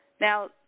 Now